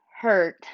hurt